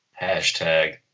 Hashtag